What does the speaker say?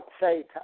say